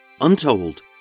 untold